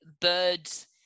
birds